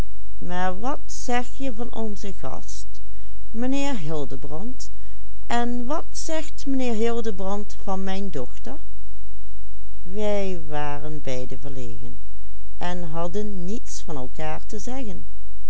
mijn dochter wij waren beiden verlegen en hadden niets van elkaar te zeggen